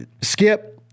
skip